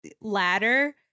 ladder